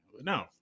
no